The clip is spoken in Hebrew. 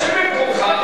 שב במקומך.